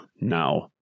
now